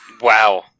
Wow